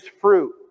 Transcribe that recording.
fruit